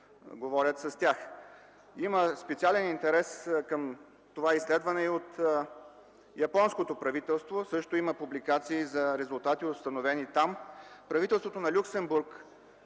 тях. Специален интерес към това изследване има и от японското правителство. Също има публикации за резултати, установени там. Правителството на Люксембург